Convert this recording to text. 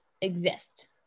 exist